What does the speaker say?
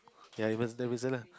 ya you must tell person lah